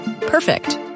Perfect